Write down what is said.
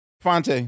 Fonte